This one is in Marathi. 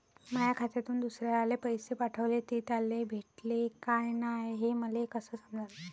माया खात्यातून दुसऱ्याले पैसे पाठवले, ते त्याले भेटले का नाय हे मले कस समजन?